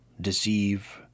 deceive